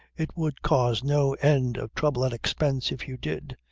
it would cause no end of trouble and expense if you did.